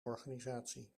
organisatie